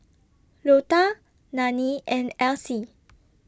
Lota Nanie and Elsie